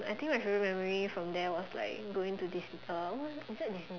I think my favourite memory from there was like going to Disney world is that Disney world